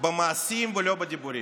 במעשים ולא בדיבורים,